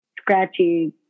scratchy